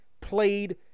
played